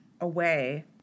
away